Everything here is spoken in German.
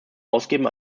ausgeben